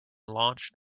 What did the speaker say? launched